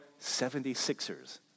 76ers